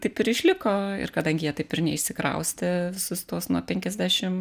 taip ir išliko ir kadangi jie taip ir neišsikraustė visus tuos nuo penkiasdešim